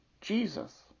Jesus